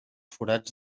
forats